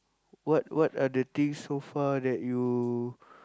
what what are the things so far that you